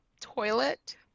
toilet